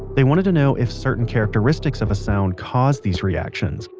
they wanted to know if certain characteristics of a sound cause these reactions,